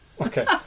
Okay